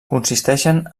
consisteixen